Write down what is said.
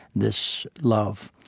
this love.